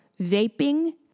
vaping